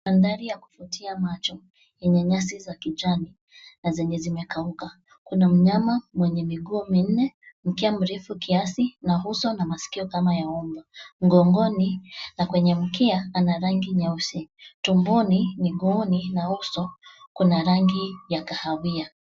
Mandhari ya kufutia macho yenye nyasi za kijani na zenye zimekauka. Kuna mnyama mwenye miguu minne, mkia mrefu kiasi na uso na masikio kama ya ng'ombe mgongoni, na kwenye mkia ana rangi nyeusi. Tumboni, miguuni na uso kuna rangi ya kahawia.